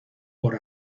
por